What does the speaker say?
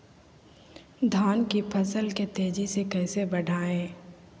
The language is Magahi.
धान की फसल के तेजी से कैसे बढ़ाएं?